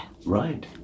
Right